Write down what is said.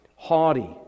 haughty